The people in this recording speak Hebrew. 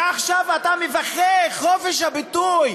ועכשיו אתה מבכה את חופש הביטוי,